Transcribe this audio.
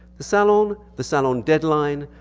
the salon, the salon deadline,